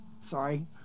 sorry